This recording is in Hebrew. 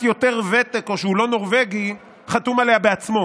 יותר ותק או שהוא לא נורבגי חתום עליה בעצמו,